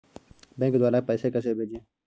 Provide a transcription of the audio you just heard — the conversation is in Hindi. बैंक द्वारा पैसे कैसे भेजें?